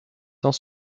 tant